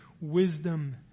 wisdom